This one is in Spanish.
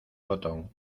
botón